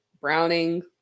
Browning